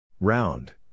Round